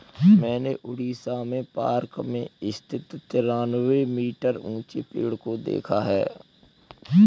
मैंने उड़ीसा में पार्क में स्थित तिरानवे मीटर ऊंचे पेड़ को देखा है